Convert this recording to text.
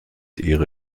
ihre